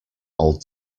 old